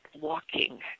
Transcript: walking